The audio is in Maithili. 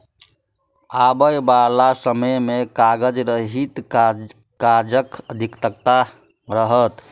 आबयबाला समय मे कागज रहित काजक अधिकता रहत